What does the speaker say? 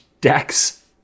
decks